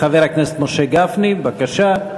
חבר הכנסת משה גפני, בבקשה.